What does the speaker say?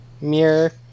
mirror